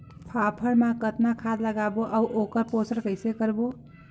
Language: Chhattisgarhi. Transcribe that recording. फाफण मा कतना खाद लगाबो अउ ओकर पोषण कइसे करबो?